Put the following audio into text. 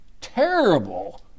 terrible